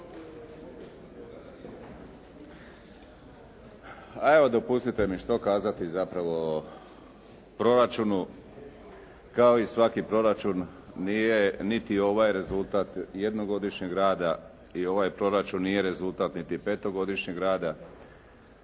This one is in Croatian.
Evo dopustite mi, što kazati zapravo o proračunu. Kao i svaki proračun, nije niti ovaj rezultat jednogodišnjeg rada i ovaj proračun nije rezultat niti petogodišnjeg rada.